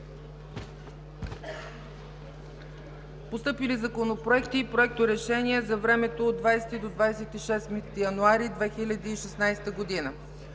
Постъпили законопроекти и проекторешения за времето от 20 до 26 януари 2016 г.: